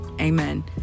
amen